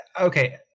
Okay